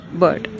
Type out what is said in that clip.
bird।